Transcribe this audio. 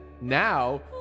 now